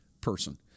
person